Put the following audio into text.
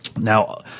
Now